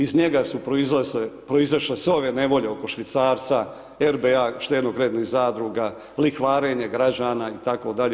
Iz njega su proizašle sve ove nevolje oko švicarca, RBA štedno kreditnih zadruga, lihvarenja građana itd.